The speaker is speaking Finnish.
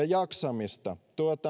jaksamista